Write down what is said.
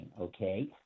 okay